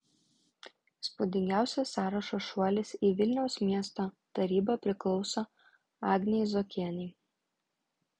įspūdingiausias sąrašo šuolis į vilniaus miesto tarybą priklauso agnei zuokienei